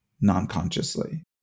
non-consciously